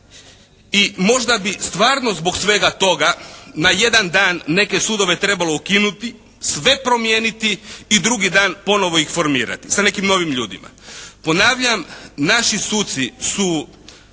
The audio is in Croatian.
I možda bi stvarno zbog svega toga na jedan dan neke sudove trebalo ukinuti. Sve promijeniti i drugi dan ponovo ih formirati sa nekim novim ljudima. Ponavljam naši suci su